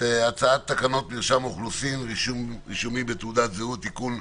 תקנות מרשם האוכלוסין (רישומים בתעודת זהות) (תיקון),